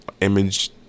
Image